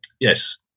Yes